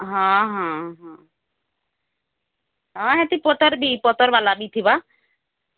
ହଁ ହଁ ହଁ ହଁ ହେଟି ପତର ଦି ପତର ଵାଲା ବି ଥିବା ତା'ର